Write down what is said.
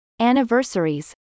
anniversaries